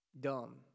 dumb